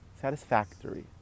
satisfactory